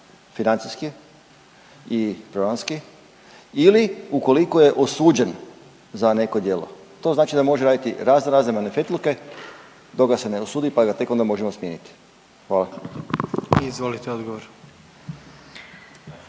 financijski i programski ili ukoliko je osuđen za neko djelo. To znači da može raditi razno razne manifetluke dok ga se ne osudi pa ga tek onda možemo smijeniti. **Jandroković, Gordan